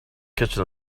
kitchen